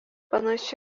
panaši